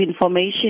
information